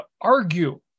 argue